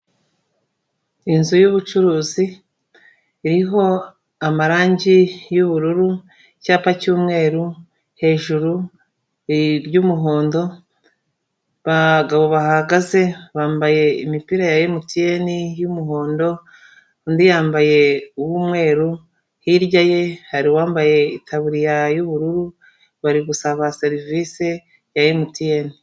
Inzu y'ubucuruzi iriho amarange y'ubururu, icyapa cy'umweru hejuru ry'umuhondo, abagabo bahagaze bambaye imipira ya MTN y'umuhondo undi yambaye uw'umweru, hirya ye hari uwambaye itaburiya y'ubururu bari gusaba serivise ya MTN.